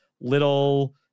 little